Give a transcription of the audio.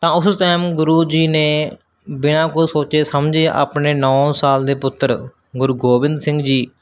ਤਾਂ ਉਸ ਟਾਈਮ ਗੁਰੂ ਜੀ ਨੇ ਬਿਨਾਂ ਕੁਝ ਸੋਚੇ ਸਮਝੇ ਆਪਣੇ ਨੌ ਸਾਲ ਦੇ ਪੁੱਤਰ ਗੁਰੂ ਗੋਬਿੰਦ ਸਿੰਘ ਜੀ